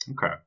Okay